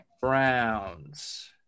Browns